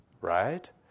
right